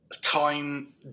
time